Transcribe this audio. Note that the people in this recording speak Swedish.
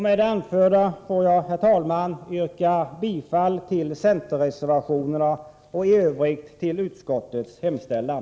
Med det anförda får jag, herr talman, yrka bifall till centerreservationerna och i övrigt till utskottets hemställan.